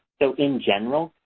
so in general,